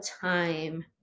time